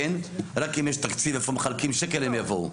רק אם יש תקציב, איפה מחלקים שקל הם יבואו.